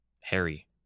harry